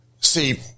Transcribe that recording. See